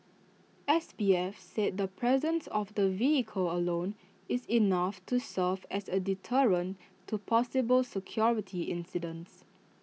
S P F said the presence of the vehicle alone is enough to serve as A deterrent to possible security incidents